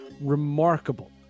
remarkable